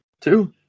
Two